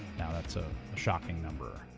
now that's a shocking number.